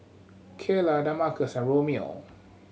Kaylah Damarcus and Romeo